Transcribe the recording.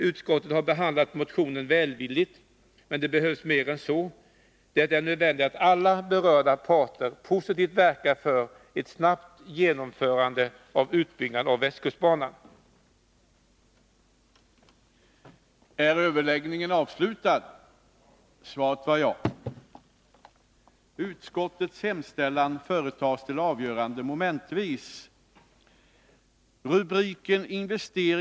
Utskottet har behandlat motionen välvilligt, men det behövs mer än så. Det är nödvändigt att alla berörda parter positivt verkar för ett snabbt genomförande av Västkustbanans utbyggnad.